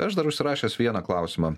aš dar užsirašęs vieną klausimą